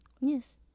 Yes